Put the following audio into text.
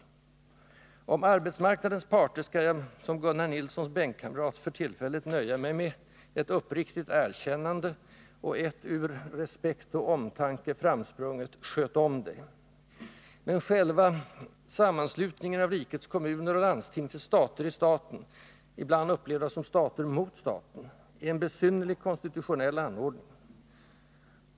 Vad gäller arbetsmarknadens parter skall jag som Gunnar Nilssons bänkkamrat för tillfället nöja mig med ett uppriktigt erkännande och ett ur ”respekt och omtanke” framsprunget ”sköt om Dig!”. Men själva sammanslutningen av rikets kommuner och landsting till ”stater i staten” — ibland upplevda som ”stater mot staten” — är en besynnerlig konstitutionell anordning.